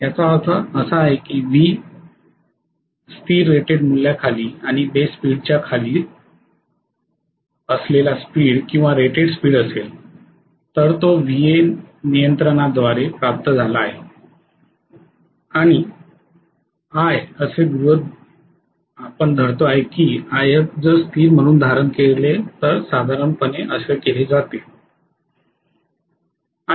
याचा अर्थ असा की V हा स्थिर रेटेड मूल्यावर आहे आणि बेस स्पीडच्या खाली असलेली स्पीड किंवा रेटेड स्पीड असेल तर तो Va नियंत्रणाद्वारे प्राप्त झाला आहे आणि मी असे गृहीत धरत आहे की If जर स्थिर म्हणून धारण केले तर साधारणपणे असे केले जाऊ शकते